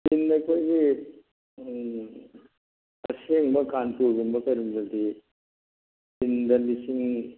ꯇꯤꯟꯗ ꯑꯩꯈꯣꯏꯒꯤ ꯑꯁꯦꯡꯕ ꯀꯥꯟꯄꯨꯔꯒꯨꯝꯕ ꯀꯔꯤꯒꯨꯝꯕꯗꯤ ꯇꯤꯟꯗ ꯂꯤꯁꯤꯡ